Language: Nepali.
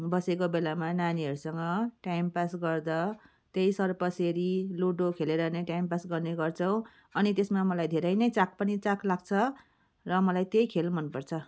बसेको बेलामा नानीहरूसँग टाइम पास गर्दा त्यही सर्प सिँडी लुडो खेलेर टाइम पास गर्ने गर्छौँ अनि त्यसमा मलाई धेरै नै चाख पनि चाख लाग्छ र मलाई त्यही खेल मनपर्छ